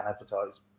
advertise